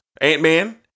Ant-Man